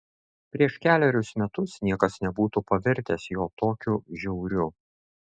prieš kelerius metus niekas nebūtų pavertęs jo tokiu žiauriu